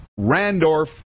Randorf